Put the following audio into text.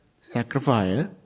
sacrifice